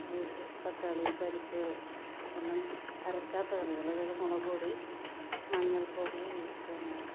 തക്കാളി പരിപ്പ് എല്ലാം അരക്കാത്ത കറികൾ അതായത് മുളക് പൊടി മഞ്ഞൾ പൊടി പിന്നെ